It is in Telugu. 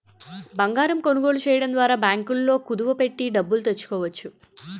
బంగారం కొనుగోలు చేయడం ద్వారా బ్యాంకుల్లో కుదువ పెట్టి డబ్బులు తెచ్చుకోవచ్చు